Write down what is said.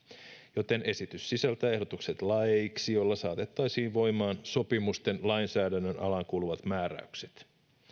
joten esitys sisältää ehdotukset laeiksi joilla saatettaisiin voimaan sopimusten lainsäädännön alaan kuuluvat määräykset